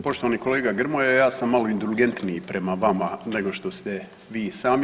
Poštovani kolega Grmoja ja sam malo indulgentniji prema vama nego što ste vi i sami.